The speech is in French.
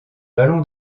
ballon